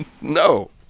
No